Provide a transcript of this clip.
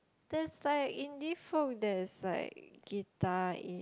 there's like indie folk there is like guitar in~